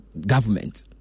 government